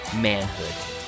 Manhood